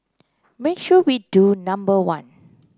make sure we do number one